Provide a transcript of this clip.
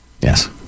Yes